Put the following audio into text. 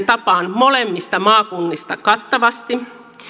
tapaan molemmista maakunnista kattavasti